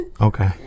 Okay